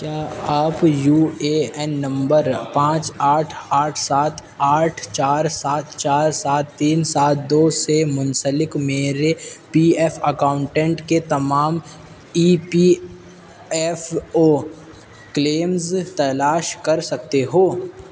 کیا آپ U A N نمبر پانچ آٹھ آٹھ سات آٹھ چار سات چار سات تین سات دو سے منسلک میرے پی ایف اکاؤنٹینٹ کے تمام E P F O claims تلاش کر سکتے ہو